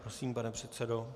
Prosím, pane předsedo.